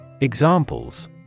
Examples